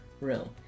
room